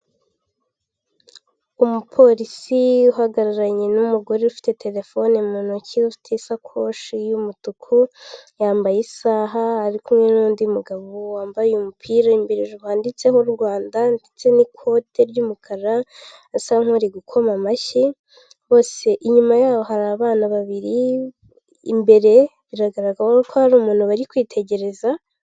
Umuporisi uhagararanye n'umugore ufite terefone mu ntoki, ufite isakoshi y'umutuku yambaye isaha ari kumwe n'undi mugabo wambaye umupira imbere hejuru handitseho Rwanda ndetse n'ikote ry'umukara asa nk'uri gukoma amashyi, bose inyuma yabo hari abana babiri, imbere biragaragara yuko hari umuntu bari kwitegereza.